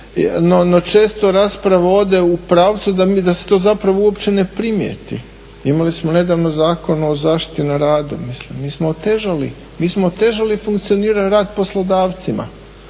no često rasprava ode u pravcu da se to zapravo uopće ne primijeti. Imali smo nedavno Zakon o zaštiti na radu, mislim mi smo otežali funkcioniraju rad poslodavcima.